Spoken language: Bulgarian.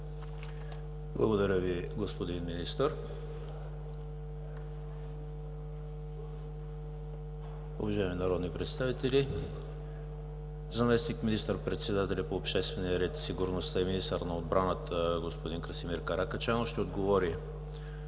Благодаря Ви, господин Министър. Уважаеми народни представители, заместник-министър председателят по обществения ред и сигурността и министър на отбраната господин Каракачанов ще отговори